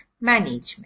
management